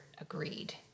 agreed